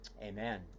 Amen